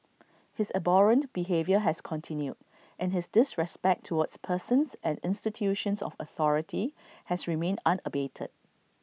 his abhorrent behaviour has continued and his disrespect towards persons and institutions of authority has remained unabated